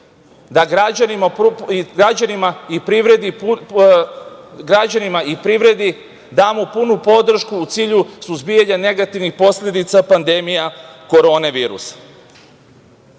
da građanima i privredi damo punu podršku u cilju suzbijanja negativnih posledica pandemije korona